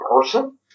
person